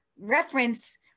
reference